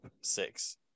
six